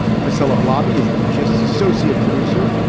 priscilla lobby is the just associate producer,